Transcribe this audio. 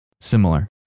similar